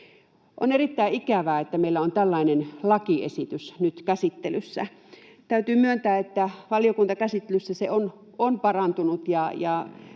On erittäin ikävää, että meillä on tällainen lakiesitys nyt käsittelyssä. Täytyy myöntää, että valiokuntakäsittelyssä se on parantunut,